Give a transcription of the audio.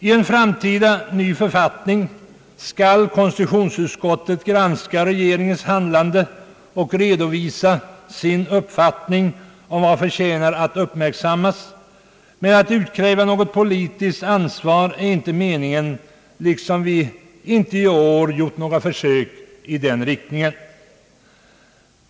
I en framtida ny författning skall konstitutionsutskottet granska regeringens handlande och redovisa sin uppfattning om vad som förtjänar att uppmärksammas, men att utkräva något politiskt ansvar är inte meningen, liksom vi inte heller i år gjort några försök i den riktningen.